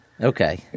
Okay